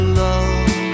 love